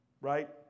Right